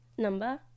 number